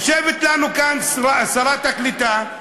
יושבת לנו כאן שרת הקליטה,